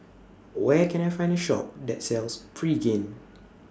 Where Can I Find A Shop that sells Pregain